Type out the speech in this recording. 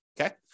Okay